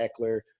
Eckler